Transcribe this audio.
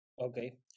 Okay